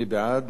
מי בעד?